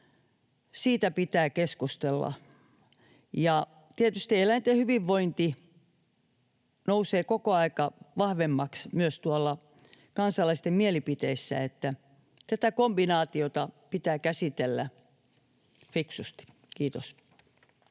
pitää keskustella. Tietysti eläinten hyvinvointi nousee koko ajan vahvemmaksi myös tuolla kansalaisten mielipiteissä, niin että tätä kombinaatiota pitää käsitellä fiksusti. — Kiitos.